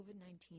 COVID-19